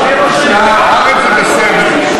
דיברתי על "הארץ", חברתי לימור לבנת.